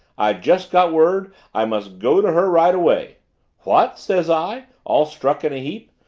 i just got word i must go to her right away what? says i, all struck in a heap.